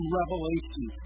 revelation